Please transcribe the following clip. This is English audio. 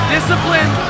Discipline